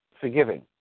forgiving